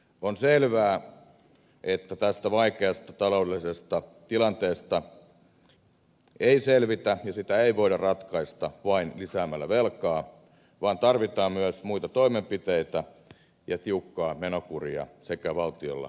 on selvää että tästä vaikeasta taloudellisesta tilanteesta ei selvitä ja sitä ei voida ratkaista vain lisäämällä velkaa vaan tarvitaan myös muita toimenpiteitä ja tiukkaa menokuria sekä valtiolla että kunnissa